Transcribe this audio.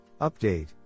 Update